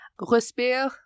*Respire*